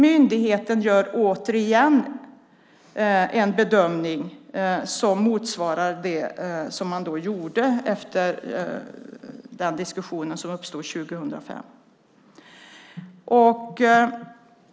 Myndigheten gör återigen en bedömning som motsvarar den man gjorde efter den diskussion som uppstod 2005.